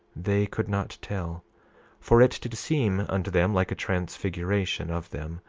they could not tell for it did seem unto them like a transfiguration of them,